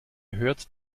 hört